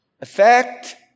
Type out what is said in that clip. effect